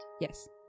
yes